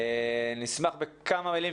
אני אשמח שתתייחס בכמה מילים